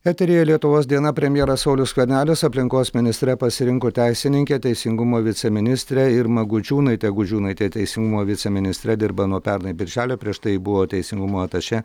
eteryje lietuvos diena premjeras saulius skvernelis aplinkos ministre pasirinko teisininkę teisingumo viceministrę irmą gudžiūnaitę gudžiūnaitė teisingumo viceministre dirba nuo pernai birželio prieš tai ji buvo teisingumo atašė